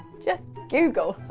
just google.